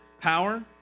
power